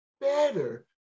better